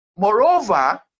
Moreover